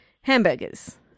hamburgers